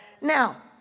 Now